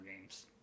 games